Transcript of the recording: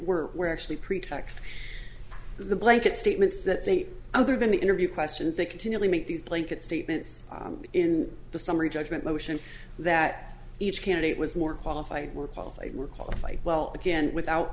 were were actually pretext the blanket statements that they other than the interview questions they continually make these plain could statements in the summary judgment motion that each candidate was more qualified more qualified more qualified well again without